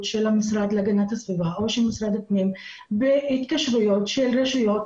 של המשרד להגנת הסביבה או של משרד הפנים בהתקשרויות של רשויות,